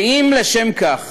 ואם לשם כך